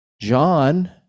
John